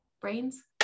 Brains